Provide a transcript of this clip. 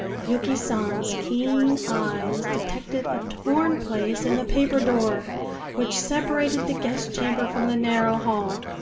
yuki san's keen eyes detected a torn place in the paper door which separated the guest-chamber from the narrow hall.